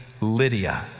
Lydia